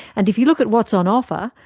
and if you look at what's on offer,